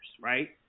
right